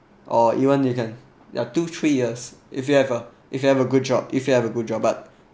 or you want you can ya two three years if you have a if you have a good job if you have a good job but